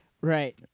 right